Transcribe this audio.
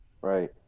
Right